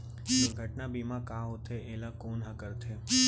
दुर्घटना बीमा का होथे, एला कोन ह करथे?